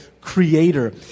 creator